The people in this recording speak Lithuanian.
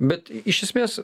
bet iš esmės